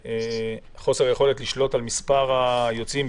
חוסר יכולת לשלוט על מספר הנוסעים,